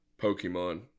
Pokemon